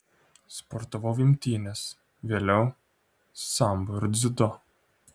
sportavau imtynes vėliau sambo ir dziudo